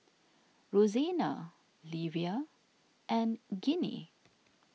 Rosena Livia and Ginny